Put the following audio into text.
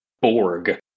Borg